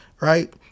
right